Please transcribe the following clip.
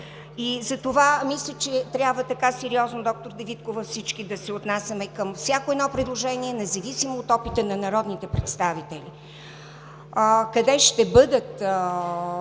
и затова мисля, че трябва така сериозно, доктор Дариткова, всички да се отнасяме към всяко едно предложение, независимо от опита на народните представители. Къде ще бъдат